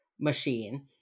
machine